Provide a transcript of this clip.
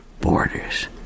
Borders